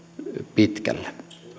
pitkällä